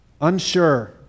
unsure